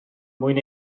mwyn